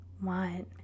one